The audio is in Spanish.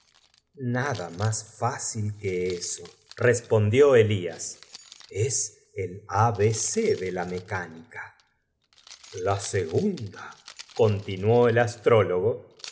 nada más fácil que eso respondió aceptó con entusiasmo la combinación en elías es el a b e de la mecánica virtud de la cual iba á salir de su tienda la segunda continuó el astrólogo